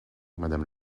madame